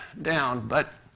down. but